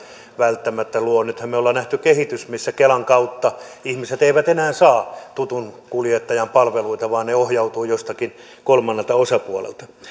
välttämättä luo nythän me olemme nähneet kehityksen missä kelan kautta ihmiset eivät enää saa tutun kuljettajan palveluita vaan ne ohjautuvat jostakin kolmannelta osapuolelta